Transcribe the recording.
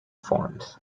forms